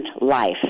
life